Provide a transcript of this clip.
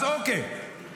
אז אוקיי,